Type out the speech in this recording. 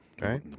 Right